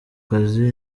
kazi